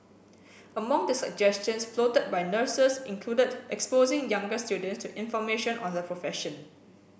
among the suggestions floated by nurses included exposing younger students to information on the profession